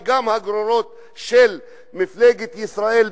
וגם הגרורות של מפלגת ישראל ביתנו,